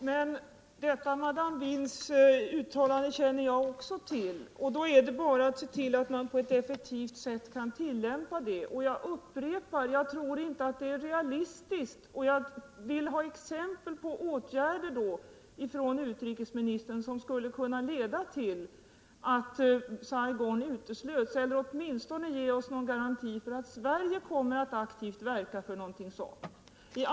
Herr talman! Detta Madame Bihns meddelande känner jag också till. Då är det bara att se till att man på ett effektivt sätt kan tillämpa det. Jag upprepar: Jag tror inte att den nu valda handlingslinjen är realistisk. Jag vill då från utrikesministern ha exempel på åtgärder som skulle kunna leda till att Saigon uteslöts eller att utrikesministern åtminstone kunde ge oss någon garanti för att Sverige kommer att aktivt verka för något sådant.